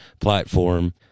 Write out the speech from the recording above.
platform